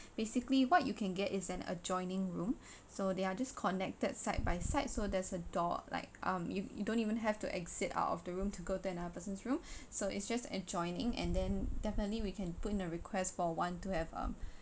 basically what you can get is an adjoining room so they are just connected side by side so there's a door like um you you don't even have to exit out of the room to go to another person's room so it's just adjoining and then definitely we can put in a request for one to have um